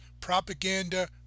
propaganda